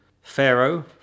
Pharaoh